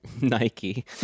Nike